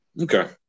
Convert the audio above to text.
Okay